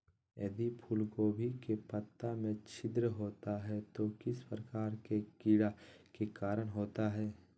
यदि फूलगोभी के पत्ता में छिद्र होता है तो किस प्रकार के कीड़ा के कारण होता है?